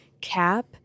Cap